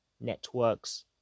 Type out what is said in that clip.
networks